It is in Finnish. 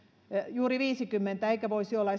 juuri viisikymmentä eikä voisi olla